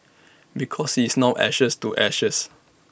because he is now ashes to ashes